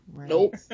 Nope